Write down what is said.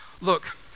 Look